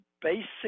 basic